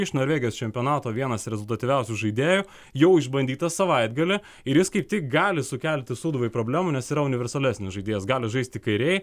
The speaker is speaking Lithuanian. iš norvegijos čempionato vienas rezultatyviausių žaidėjų jau išbandytas savaitgalį ir jis kaip tik gali sukelti sūduvai problemų nes yra universalesnis žaidėjas gali žaisti kairėj